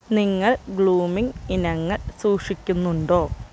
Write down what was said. നിങ്ങൾ ഗ്ലൂമിംഗ് ഇനങ്ങൾ സൂക്ഷിക്കുന്നുണ്ടോ